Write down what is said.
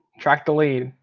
track the lead,